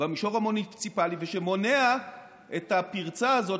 במישור המוניציפלי ושמונע את הפרצה הזאת,